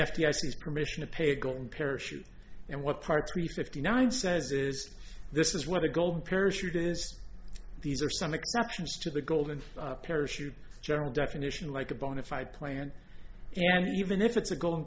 says permission to pay golden parachute and what part p fifty nine says is this is what the golden parachute is these are some exceptions to the golden parachute general definition like a bona fide plan and even if it's a golden